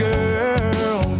Girl